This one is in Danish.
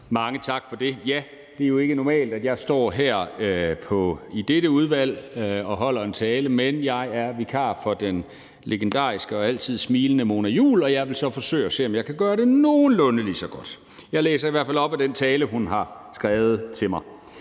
Mange tak for det. Det er jo ikke normalt, at jeg står her som ordfører på dette udvalgs område og holder en tale, men jeg er vikar for den legendariske og altid smilende Mona Juul, og jeg vil så forsøge at se, om jeg kan gøre det nogenlunde lige så godt. Jeg læser i hvert fald op af den tale, hun har skrevet til mig.